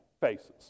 faces